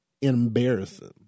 embarrassing